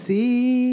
See